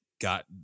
got